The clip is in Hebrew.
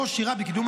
וכו'.